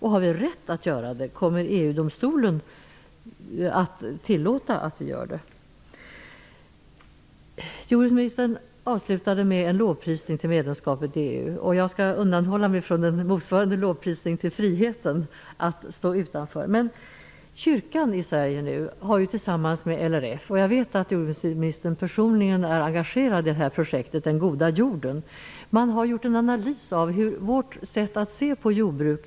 Har vi rätt att göra det? Kommer EU-domstolen att tillåta det? Jordbruksministern avslutade med en lovprisning till medlemskapet i EU. Jag skall undanhålla mig från att göra motsvarande lovprisning till friheten att stå utanför. Kyrkan i Sverige har tillsammans med LRF -- jag vet att jordbruksministern personligen är engagerad i projektet Den goda jorden -- gjort en analys av vårt sätt att se på jordbruket.